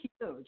huge